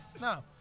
No